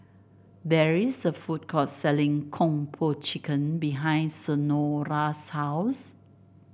there is a food court selling Kung Po Chicken behind Senora's house